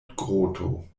groto